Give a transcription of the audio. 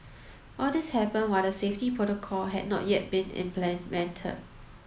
all this happened while the safety protocol had not yet been implemented